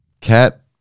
cat